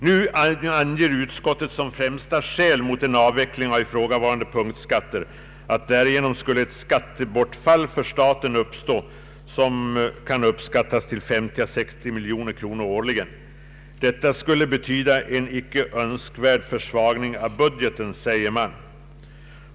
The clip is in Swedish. Nu anger utskottet som främsta skäl mot en avveckling av ifrågavarande punktskatter, att den skulle medföra ett skattebortfall för staten som kan uppskattas till 50 å 60 miljoner kronor årligen. Detta skulle betyda en icke önskvärd försvagning av budgeten, säger man.